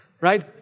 right